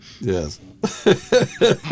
Yes